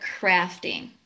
crafting